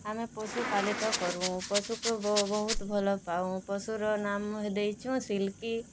ଆମେ ପଶୁ ପାଲିତ କରୁଁ ପଶୁକୁ ବହୁତ ଭଲପାଉଁ ପଶୁର ନାମ ଦେଇଚୁଁ ସିଲ୍କି